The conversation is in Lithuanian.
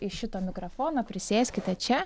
į šitą mikrafoną prisėskite čia